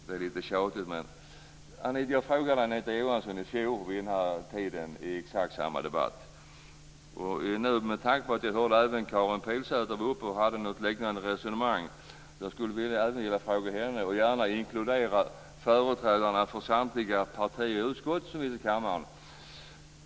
Det blir litet tjatigt, men ändå. Jag frågade Anita Johansson om detta vid den här tiden i fjol, i exakt samma debatt. Med tanke på att även Karin Pilsäter var uppe och hade något liknande resonemang vill jag även fråga henne om detta. Jag inkluderar också gärna företrädarna för samtliga partier i utskottet som finns i kammaren.